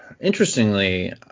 interestingly